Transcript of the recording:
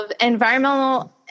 Environmental